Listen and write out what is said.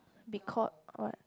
because what